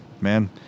man